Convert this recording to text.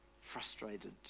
frustrated